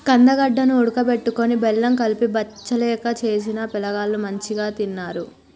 కందగడ్డ ను ఉడుకబెట్టుకొని బెల్లం కలిపి బచ్చలెక్క చేసిన పిలగాండ్లు మంచిగ తిన్నరు